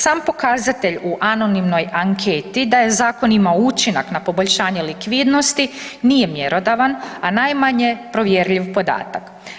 Sam pokazatelj u anonimnoj anketi da je zakon imao učinak na poboljšanje likvidnosti nije mjerodavan, a najmanje provjerljiv podatak.